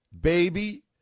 baby